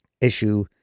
issue